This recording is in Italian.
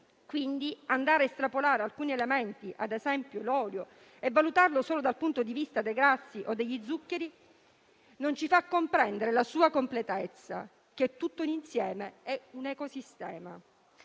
Quindi, andare a estrapolare alcuni elementi, ad esempio l'olio, e valutarlo solo dal punto di vista dei grassi o degli zuccheri, non ci fa comprendere la sua completezza, che è tutto un insieme, è un ecosistema.